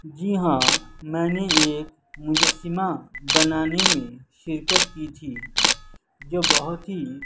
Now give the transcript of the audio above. جی ہاں میں نے ایک مجسمہ بنانے میں شرکت کی تھی جو بہت ہی